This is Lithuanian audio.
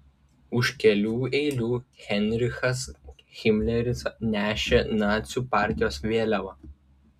už kelių eilių heinrichas himleris nešė nacių partijos vėliavą